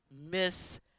miss